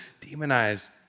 demonize